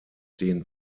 den